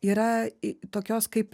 yra tokios kaip